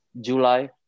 July